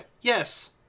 Yes